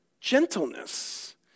gentleness